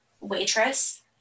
Waitress